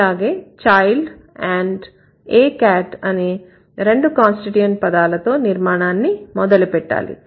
అలాగే child and a cat అనే రెండు కాన్స్టిట్యూయెంట్ పదాలతో నిర్మాణాన్నిమొదలుపెట్టాలి